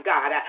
God